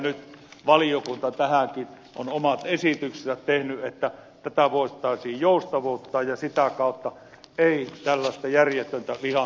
nyt valiokunta tähänkin on omat esityksensä tehnyt että tätä voitaisiin joustavoittaa ja sitä kautta ei tällaista järjetöntä lihan hukkaamista tapahtuisi